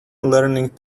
learning